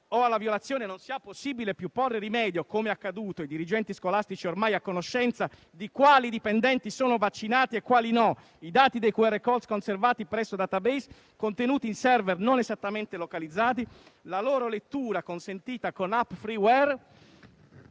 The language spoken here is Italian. o alla violazione non sia possibile più porre rimedio (come è accaduto: i dirigenti scolastici ormai a conoscenza di quali dipendenti sono vaccinati e quali no, i dati dei QR *code* sono conservati presso *database* contenuti in *server* non esattamente localizzati, la loro lettura consentita con App *freeware*